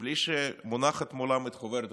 בלי שמונחת מולם חוברת התקציב.